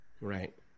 right